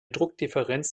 druckdifferenz